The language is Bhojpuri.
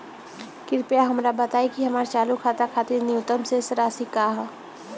कृपया हमरा बताइं कि हमर चालू खाता खातिर न्यूनतम शेष राशि का ह